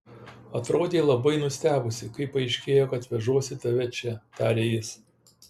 atrodei labai nustebusi kai paaiškėjo kad vežuosi tave čia tarė jis